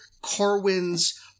Corwin's